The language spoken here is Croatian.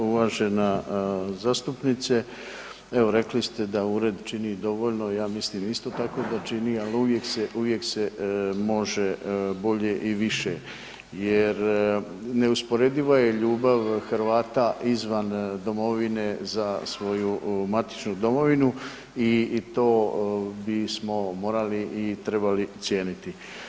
Uvažena zastupnice, evo rekli ste da ured čini dovoljno i ja mislim isto tako da čini, ali uvijek se može bolje i više jer neusporediva je ljubav Hrvata izvan domovine za svoju matičnu domovinu i to bismo morali i trebali cijeniti.